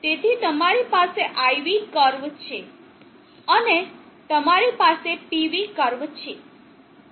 તેથી તમારી પાસે IV કર્વ છે અને તમારી પાસે PV કર્વ છે